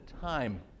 time